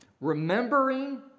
remembering